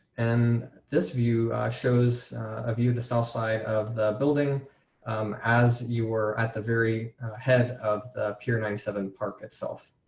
and this view shows a view the south side of the building as you were at the very head of the pure ninety seven park itself.